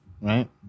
Right